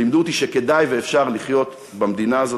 לימדו אותי שכדאי ואפשר לחיות במדינה הזאת